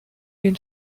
been